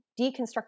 deconstruct